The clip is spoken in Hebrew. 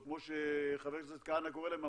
או כמו שחבר הכנסת כהנא קורא להם,